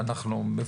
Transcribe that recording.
אנו לא